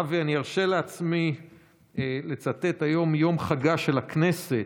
אבי, אני ארשה לעצמי לצטט היום, יום חגה של הכנסת,